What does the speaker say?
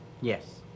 Yes